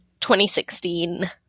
2016